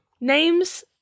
Names